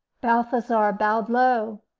balthasar bowed low.